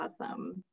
awesome